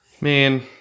man